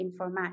informatics